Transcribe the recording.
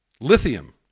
Lithium